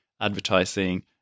advertising